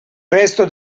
resto